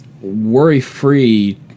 worry-free